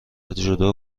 جودو